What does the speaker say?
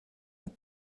but